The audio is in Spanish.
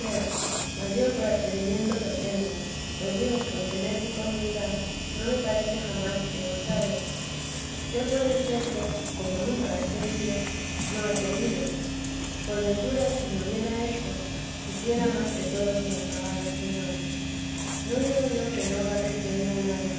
yo por atrevimiento lo tengo pues yo con tener poca humildad no me parece jamás he osado ya puede ser que como nunca he servido no he pedido por ventura si lo hubiera hecho quisiera más que todos me lo pagara el señor no digo yo que no va creciendo un alma